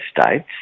States